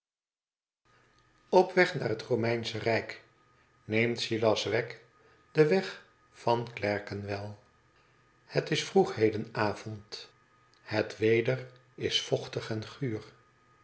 op weg naar het romeinsche rijk neemt silas wegg den weg van clerkenwell het is vroeg heden avond het weder is vochtig en guur